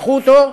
ייקחו אותו,